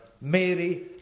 Mary